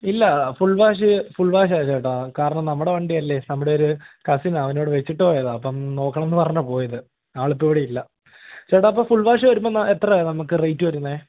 ഇല്ല full wash full വാഷാണ് ചേട്ടാ കാരണം നമ്മുടെ വണ്ടിയല്ലേ നമ്മുടെയൊരു കസിനാണ് അവനിവിടെ വെച്ചിട്ടു പോയതാണ് അപ്പം നോക്കണമെന്നു പറഞ്ഞാണ് പോയത് ആളിപ്പം ഇവിടില്ല ചേട്ടാ അപ്പം ഫുൾ വാഷ് വരുമ്പം എത്രയാണ് നമുക്ക് റേറ്റ് വരുന്നത്